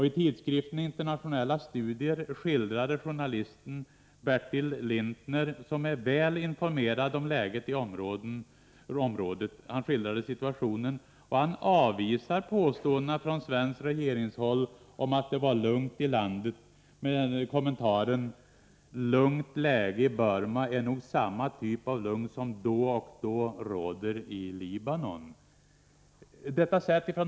I tidskriften Internationella studier skildrade journalisten Bertil Lintner — som är väl informerad om läget i området — situationen i Burma. Han avvisar påståenden från svenskt regeringshåll om att det var lugnt i landet med kommentaren: ”Lugnt läge i Burma” innebär nog samma typ av lugn som då och då råder i Libanon.